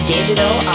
Digital